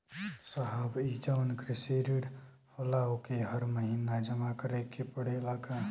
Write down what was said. साहब ई जवन कृषि ऋण होला ओके हर महिना जमा करे के पणेला का?